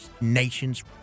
nation's